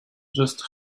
just